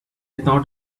thought